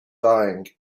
dying